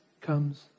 comes